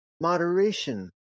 Moderation